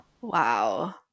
Wow